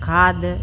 खाधु